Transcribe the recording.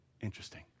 Interesting